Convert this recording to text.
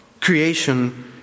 creation